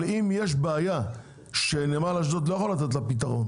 אבל אם יש בעיה שנמל אשדוד לא יכול לתת לה פתרון